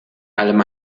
allem